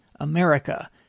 America